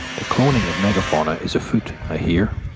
the cloning of megafauna is afoot, i hear.